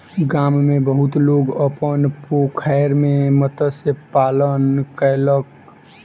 गाम में बहुत लोक अपन पोखैर में मत्स्य पालन कयलक